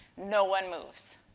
no one moves.